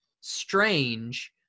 Strange